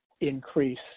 increase